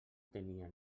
tenia